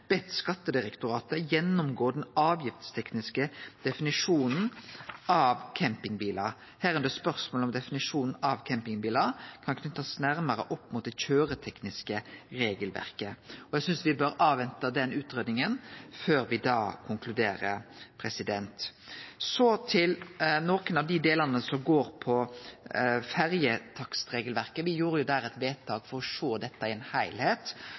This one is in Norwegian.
Skattedirektoratet gjennomgå den avgiftstekniske definisjonen av campingbilar, medrekna spørsmålet om definisjonen av campingbilar kan knytast nærmare opp mot det køyretekniske regelverket. Eg synest me bør avvente den utgreiinga før me konkluderer. Så til nokre av dei delane som går på ferjetakstregelverket. Me gjorde jo der eit vedtak for å sjå dette i ein